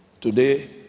today